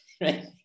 right